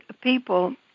people